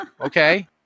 Okay